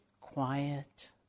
quiet